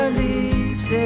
leaves